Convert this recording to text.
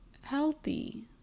healthy